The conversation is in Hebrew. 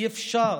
אי-אפשר.